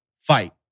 fight